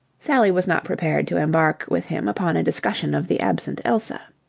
sally was not prepared to embark with him upon a discussion of the absent elsa.